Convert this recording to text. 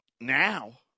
now